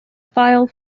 file